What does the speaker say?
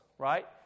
Right